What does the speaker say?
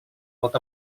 pot